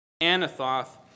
Anathoth